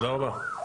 תודה רבה.